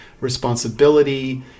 responsibility